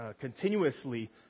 continuously